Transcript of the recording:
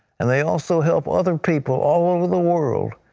and they also help other people all over the world.